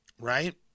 right